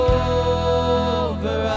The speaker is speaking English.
over